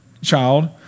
child